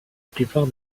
plupart